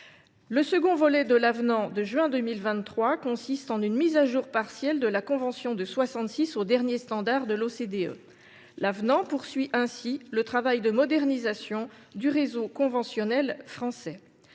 Le second volet de l’avenant de juin 2023 consiste en une mise à jour partielle de la convention de 1966 au dernier standard de l’OCDE. Le texte poursuit ainsi le travail de modernisation du réseau conventionnel français,